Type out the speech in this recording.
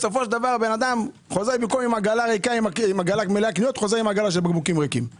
בסופו של דבר אדם חוזר עם עגלה של בקבוקים ריקים במקום עם עגלת קניות.